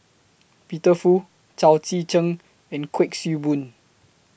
Peter Fu Chao Tzee Cheng and Kuik Swee Boon